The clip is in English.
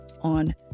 on